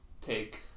take